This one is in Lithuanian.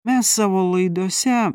mes savo laidose